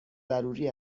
ضروری